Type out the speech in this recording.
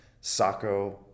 Sako